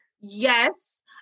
Yes